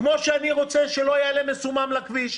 כמו שאני רוצה שלא יעלה מסומם לכביש,